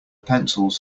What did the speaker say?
pencils